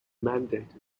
mandated